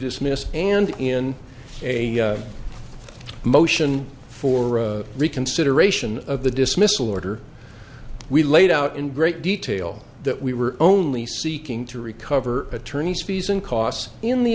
dismiss and in a motion for a reconsideration of the dismissal order we laid out in great detail that we were only seeking to recover attorney's fees and costs in the